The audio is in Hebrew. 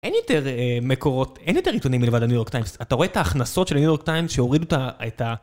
אין יותר מקורות, אין יותר עיתונים מלבד הניו יורק טיימס, אתה רואה את ההכנסות של ניו יורק טיימס שהורידו את ה...